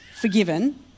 forgiven